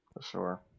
Sure